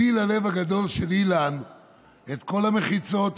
הפיל הלב הגדול של אילן את כל המחיצות,